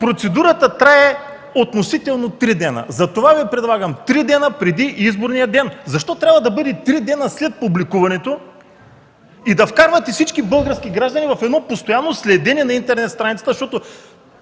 процедурата трае относително три дни, затова Ви предлагам три дни преди изборния ден. Защо трябва да бъде три дни след публикуването и да вкарвате всички български граждани в едно постоянно следене на интернет страницата, защото